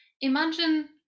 imagine